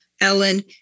Ellen